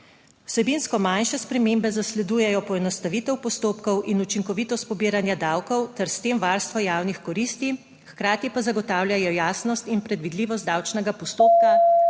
Vsebinsko manjše spremembe zasledujejo poenostavitev postopkov in učinkovitost pobiranja davkov ter s tem varstvo javnih koristi, hkrati pa zagotavljajo jasnost in predvidljivost davčnega postopka,